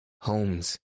Holmes